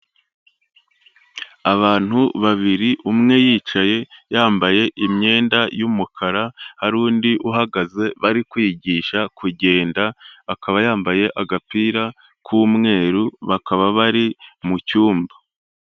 Abantu babiri umwe yicaye yambaye imyenda y'umukara, hari undi uhagaze bari kwigisha kugenda akaba yambaye agapira k'umweru, bakaba bari mu cyumba.